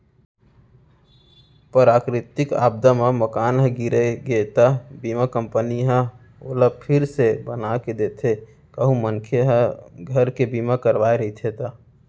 पराकरितिक आपदा म मकान ह गिर गे त बीमा कंपनी ह ओला फिर से बनाके देथे कहूं मनखे ह घर के बीमा करवाय रहिथे ता